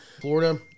Florida